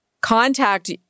contact